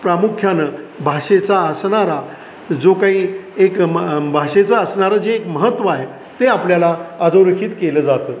प्रामुख्यानं भाषेचा असणारा जो काही एक भाषेचा असणारं जे एक महत्त्व आहे ते आपल्याला अधोरेखीत केलं जातं